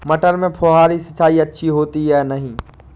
मटर में फुहरी सिंचाई अच्छी होती है या नहीं?